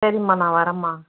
சரிம்மா நான் வரறேம்மா